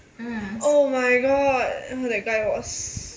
oh my god that guy was